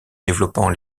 développant